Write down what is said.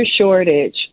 shortage